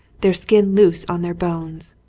their skin loose on their bones,